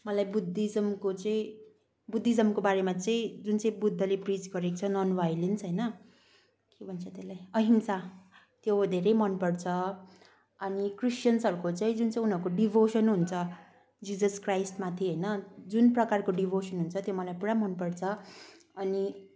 मलाई बुद्धिज्मको चाहिँ बुद्धिज्मको बारेमा चाहिँ जुन चाहिँ बुद्धले प्रिच गरेको छ नन् भायलेन्स होइन के भन्छ त्यसलाई अहिंसा त्यो धेरै मनपर्छ अनि क्रिश्चियन्सहरूको चाहिँ जुन चाहिँ उनीहरूको डिभोसन हुन्छ जिजस क्राइस्टमाथि होइन जुन प्रकारको डिभोसन हुन्छ त्यो मलाई पुरा मनपर्छ अनि